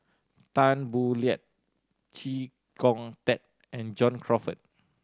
Tan Boo Liat Chee Kong Tet and John Crawfurd